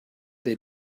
they